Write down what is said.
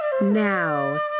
Now